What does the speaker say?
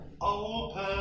Open